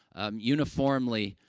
um, uniformly,